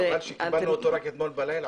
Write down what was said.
חבל שקיבלנו אותו רק אתמול בלילה.